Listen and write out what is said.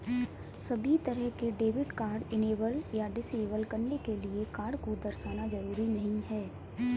सभी तरह के डेबिट कार्ड इनेबल या डिसेबल करने के लिये कार्ड को दर्शाना जरूरी नहीं है